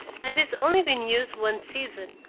and it's only been used one season.